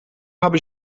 habe